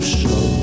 show